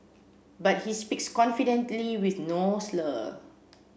but he speaks confidently with no slur